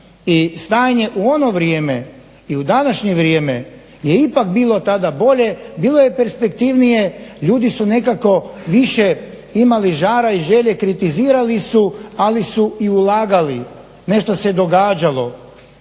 i stanje u ono vrijeme i u današnje vrijeme je ipak bilo tada bolje, bilo je perspektivnije, ljudi su nekako više imali žara i želje, kritizirali su, ali su i ulagali, nešto se događalo.